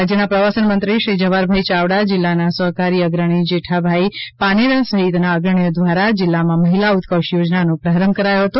રાજ્યના પ્રવાસન મંત્રીશ્રી જવાહરભાઈ ચાવડા જિલ્લાના સહકારી અગ્રણી જેઠાભાઇ પાનેરાની સહિતના અગ્રણીઓ દ્વારા જિલ્લામાં મહિલા ઉત્કર્ષ યોજનાનો પ્રારંભ કરાયો હતો